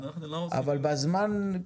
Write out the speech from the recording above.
אבל נעשה זאת בזמן.